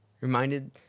Reminded